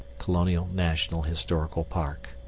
colonial national historical park